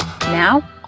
Now